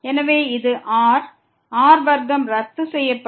எனவே இது r r வர்க்கம் ரத்து செய்யப்படும்